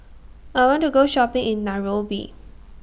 I want to Go Shopping in Nairobi